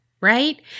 right